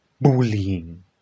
bullying